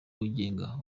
wigenga